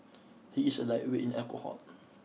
he is a lightweight in alcohol